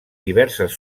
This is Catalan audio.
diverses